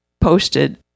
posted